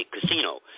casino